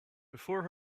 before